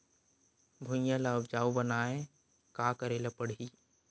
भुइयां ल उपजाऊ बनाये का करे ल पड़ही?